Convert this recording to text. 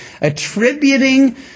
Attributing